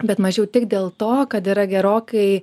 bet mažiau tik dėl to kad yra gerokai